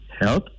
health